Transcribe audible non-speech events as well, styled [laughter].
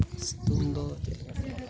ᱥᱤᱛᱩᱝ ᱫᱚ [unintelligible]